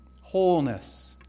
wholeness